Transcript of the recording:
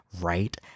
right